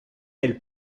del